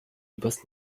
übers